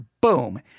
boom